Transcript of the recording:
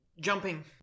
jumping